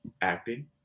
acting